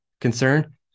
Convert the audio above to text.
concern